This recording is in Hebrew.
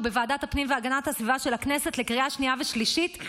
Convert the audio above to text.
הוא בוועדת הפנים והגנת הסביבה של הכנסת לקריאה שנייה ושלישית,